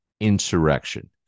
insurrection